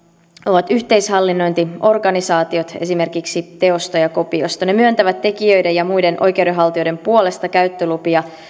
ovat yhteishallinnointiorganisaatiot esimerkiksi teosto ja kopiosto ne myöntävät tekijöiden ja muiden oikeudenhaltijoiden puolesta käyttölupia